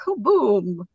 kaboom